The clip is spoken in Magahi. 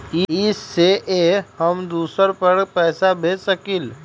इ सेऐ हम दुसर पर पैसा भेज सकील?